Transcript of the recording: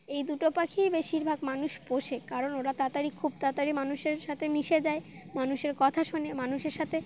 এই দুটো পাখিই বেশিরভাগ মানুষ পোষে কারণ ওরা তাড়াতাড়ি খুব তাড়াতাড়ি মানুষের সাথে মিশে যায় মানুষের কথা শোনে মানুষের সাথে